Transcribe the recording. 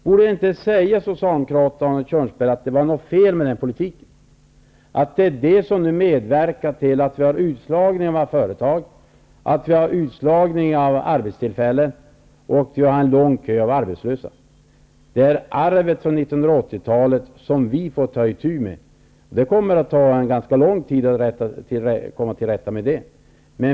Borde inte det säga Arne Kjörnsberg och Socialdemokraterna att det var något fel med den politiken, att det är det som nu medverkar till utslagning av företag, utslagning av arbetstillfällen och en lång kö av arbetslösa? Det är arvet från 1980-talet som vi får ta itu med, och det kommer att ta ganska lång tid att komma till rätta med det.